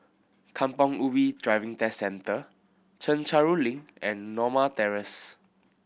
Kampong Ubi Driving Test Centre Chencharu Link and Norma Terrace